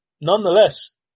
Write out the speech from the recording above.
nonetheless